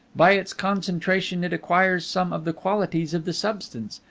by its concentration it acquires some of the qualities of the substance,